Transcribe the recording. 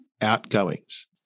outgoings